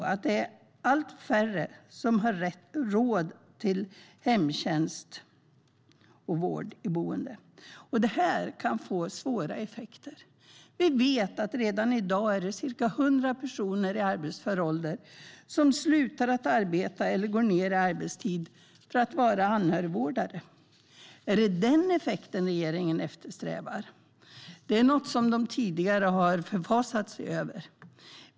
Det är allt färre som har råd till hemtjänst och vård i boende. Detta kan få svåra effekter. Vi vet att det redan i dag är ca 100 000 personer i arbetsför ålder som slutar att arbeta eller går ned i arbetstid för att vara anhörigvårdare. Är det den effekten som regeringen eftersträvar? Det är ju något som de tidigare har förfasat sig över.